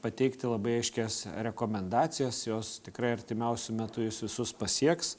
pateikti labai aiškias rekomendacijos jos tikrai artimiausiu metu jus visus pasieks